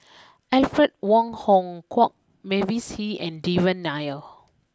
Alfred Wong Hong Kwok Mavis Hee and Devan Nair